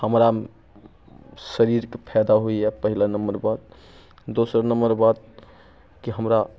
हमरा शरीरके फायदा होइए पहला नम्बर बात दोसर नम्बर बात की हमरा